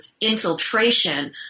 infiltration